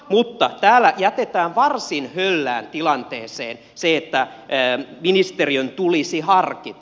mutta täällä jätetään varsin höllään tilanteeseen se että ministeriön tulisi harkita